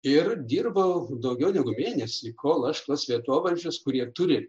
ir dirbau daugiau negu mėnesį kol aš tuos vietovardžius kurie turi